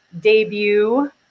debut